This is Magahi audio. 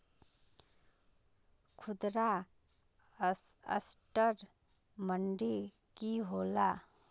खुदरा असटर मंडी की होला?